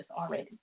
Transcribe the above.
already